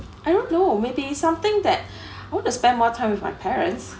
I don't know maybe something that I want to spend more time with my parents